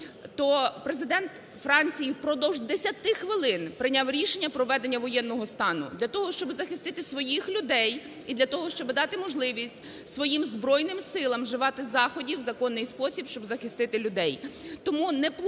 то Президент Франції впродовж 10 хвилин прийняв рішення про введення воєнного стану для того, щоб захистити людей і для того, щоб дати можливість своїм Збройним Силам вживати заходів в законний спосіб, щоб захистити людей.